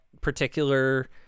particular